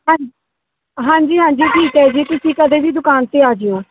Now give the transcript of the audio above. ਹਾਂਜੀ ਹਾਂਜੀ ਹਾਂਜੀ ਠੀਕ ਹੈ ਜੀ ਤੁਸੀਂ ਕਦੇ ਵੀ ਦੁਕਾਨ 'ਤੇ ਆਜਿਓ